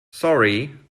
sorry